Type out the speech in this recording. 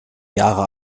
jahre